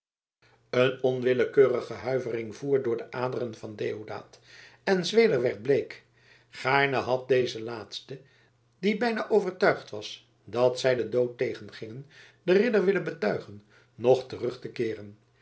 een onwillekeurige huivering voer door de aderen van deodaat en zweder werd bleek gaarne had deze laatste die bijna overtuigd was dat zij den dood tegengingen den ridder willen betuigen nog terug te keeren